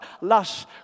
lush